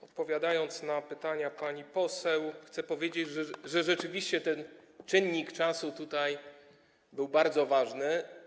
Odpowiadając na pytania pani poseł, chcę powiedzieć, że rzeczywiście ten czynnik czasu był tutaj bardzo ważny.